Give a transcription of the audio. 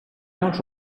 not